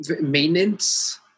maintenance